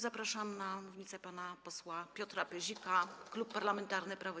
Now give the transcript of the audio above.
Zapraszam na mównicę pana posła Piotra Pyzika, Klub Parlamentarny Prawo i